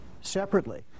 separately